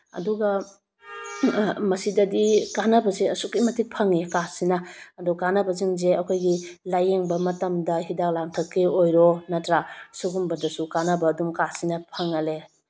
ꯑꯗꯨꯒ ꯃꯁꯤꯗꯗꯤ ꯀꯥꯟꯅꯕꯁꯦ ꯑꯁꯨꯛꯀꯤ ꯃꯇꯤꯛ ꯐꯪꯏ ꯀꯥꯔꯗꯁꯤꯅ ꯑꯗꯣ ꯀꯥꯟꯅꯕꯁꯤꯡꯁꯦ ꯑꯩꯈꯣꯏꯒꯤ ꯂꯥꯏꯌꯦꯡꯕ ꯃꯇꯝꯗ ꯍꯤꯗꯥꯛ ꯂꯥꯡꯊꯛꯀꯤ ꯑꯣꯏꯔꯣ ꯅꯠꯇ꯭ꯔ ꯁꯤꯒꯨꯝꯕꯗꯁꯨ ꯀꯥꯔꯗꯁꯤꯅ ꯀꯥꯟꯅꯕ ꯑꯗꯨꯝ ꯐꯪꯍꯜꯂꯦ